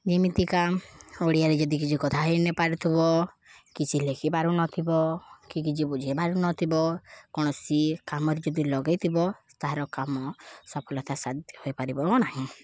ଯେମିତିକା ଓଡ଼ିଆରେ ଯଦି କିଛି କଥା ହେଇ ନ ପାରୁଥିବ କିଛି ଲେଖି ପାରୁ ନ ଥିବ କି କିଛି ବୁଝାଇ ପାରୁ ନ ଥିବ କୌଣସି କାମରେ ଯଦି ଲଗାଇଥିବ ତାହାର କାମ ସଫଳତା ହୋଇପାରିବ ନାହିଁ